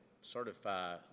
certify